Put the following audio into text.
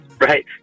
right